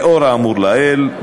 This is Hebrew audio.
לאור האמור לעיל,